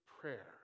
prayer